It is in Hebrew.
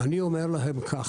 אני אומר כך: